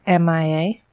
MIA